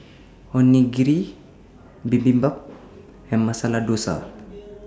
Onigiri Bibimbap and Masala Dosa